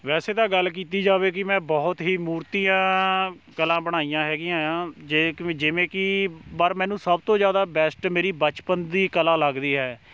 ਵੈਸੇ ਤਾਂ ਗੱਲ ਕੀਤੀ ਜਾਵੇ ਕਿ ਮੈਂ ਬਹੁਤ ਹੀ ਮੂਰਤੀਆਂ ਕਲਾ ਬਣਾਈਆਂ ਹੈਗੀਆਂ ਹੈ ਆ ਜੇ ਕਿ ਵੀ ਜਿਵੇਂ ਕਿ ਪਰ ਮੈਨੂੰ ਸਭ ਤੋਂ ਜ਼ਿਆਦਾ ਬੈਸਟ ਮੇਰੀ ਬਚਪਨ ਦੀ ਕਲਾ ਲੱਗਦੀ ਹੈ